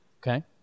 Okay